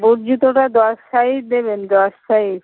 বুট জুতোটা দশ সাইজ দেবেন দশ সাইজ